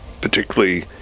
particularly